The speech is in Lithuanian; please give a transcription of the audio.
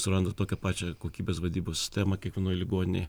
suranda tokią pačią kokybės vadybos sistemą kiekvienoj ligoninėj